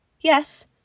Yes